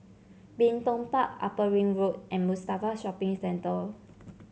Bin Tong Park Upper Ring Road and Mustafa Shopping Centre